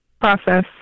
process